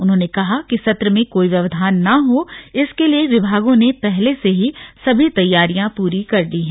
उन्होंने कहा कि सत्र में कोई व्यवधान न हो इसके लिए विभागों ने पहले से ही सभी तैयारियां पूरी कर ली है